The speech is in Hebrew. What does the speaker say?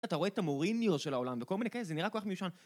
אתה רואה את המוריניו של העולם, וכל מיני כאלה, זה נראה כל כך מיושן.